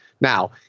Now